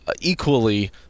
Equally